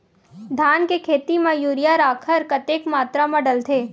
धान के खेती म यूरिया राखर कतेक मात्रा म डलथे?